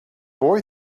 boy